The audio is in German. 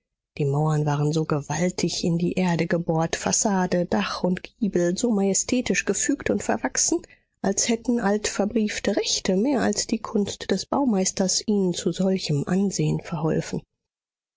die mauern waren so gewaltig in die erde gebohrt fassade dach und giebel so majestätisch gefügt und verwachsen als hätten altverbriefte rechte mehr als die kunst des baumeisters ihnen zu solchem ansehen verholfen